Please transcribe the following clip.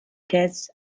quests